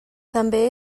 també